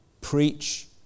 preach